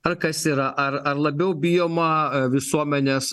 ar kas yra ar ar labiau bijoma visuomenės